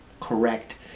correct